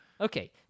Okay